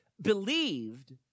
believed